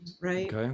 right